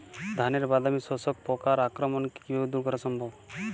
ধানের বাদামি শোষক পোকার আক্রমণকে কিভাবে দূরে করা সম্ভব?